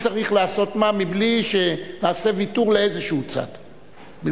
צריך לעשות מה בלי שנעשה ויתור לצד כלשהו,